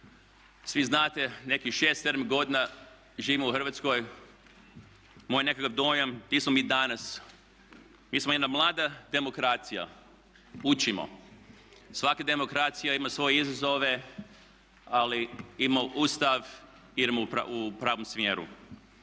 Svi znate, nekih šest, sedam godina živimo u Hrvatskoj, moj nekakav dojam di smo mi danas. Mi smo jedna mlada demokracija, učimo. Svaka demokracija ima svoje izazove, ali ima Ustav, idemo u pravom smjeru